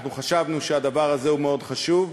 אנחנו חשבנו שהדבר הזה מאוד חשוב,